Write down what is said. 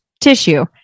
tissue